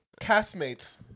castmates